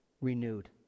renewed